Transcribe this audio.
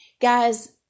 Guys